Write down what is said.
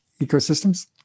ecosystems